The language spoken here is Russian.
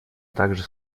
также